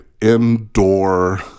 indoor